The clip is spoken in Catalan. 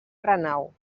renau